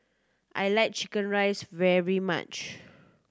I like chicken rice very much